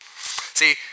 See